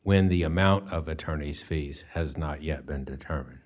when the amount of attorney's fees has not yet been determine